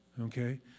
Okay